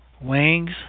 wings